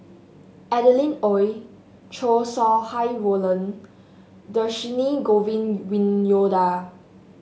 Adeline Ooi Chow Sau Hai Roland Dhershini Govin Winyoda